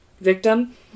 victim